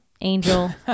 Angel